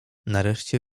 nareszcie